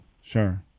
sure